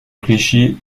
clichy